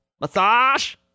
Massage